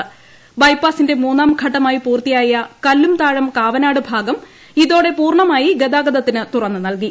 ക്ലബെപാസിന്റെ മൂന്നാം ഘട്ടമായി പൂർത്തിയായ കല്ലുംതാഴ്ച്ച് ക്ക്വനാട് ഭാഗം ഇതോടെ പൂർണമായി ഗതാഗതത്തിന് തുദ്ന്നു നിൽകി